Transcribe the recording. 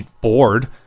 bored